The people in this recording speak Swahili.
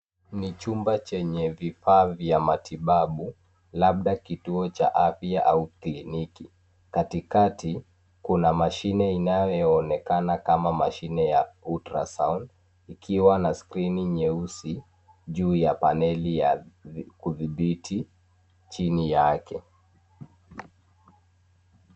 Ni chumba chenye vifaa vya matibabu labda kituo cha afya au kliniki. Katikati kuna mashini inayo onekana kama mashini ya ultra sound ikiwa na skrini nyeusi juu ya vaneli ya kuthibiti chini yake.